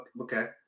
Okay